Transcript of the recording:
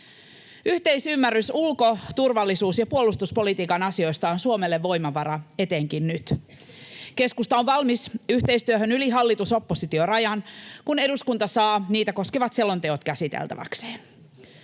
Yhteisymmärrys ulko-, turvallisuus- ja puolustuspolitiikan asioista on Suomelle voimavara etenkin nyt. Keskusta on valmis yhteistyöhön yli hallitus—oppositio-rajan, kun eduskunta saa niitä koskevat selonteot käsiteltäväkseen.